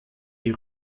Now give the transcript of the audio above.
die